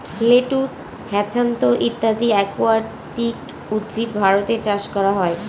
lettuce, hyacinth ইত্যাদি aquatic উদ্ভিদ ভারতে চাষ করা হয়